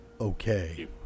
okay